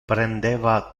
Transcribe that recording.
prendeva